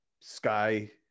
sky